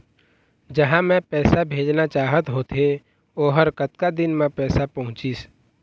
जहां मैं पैसा भेजना चाहत होथे ओहर कतका दिन मा पैसा पहुंचिस?